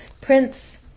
prince